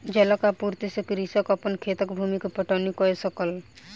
जलक आपूर्ति से कृषक अपन खेतक भूमि के पटौनी कअ सकल